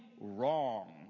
wrong